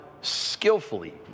skillfully